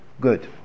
Good